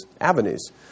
avenues